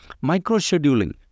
micro-scheduling